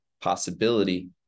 possibility